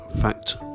fact